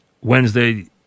Wednesday